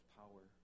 power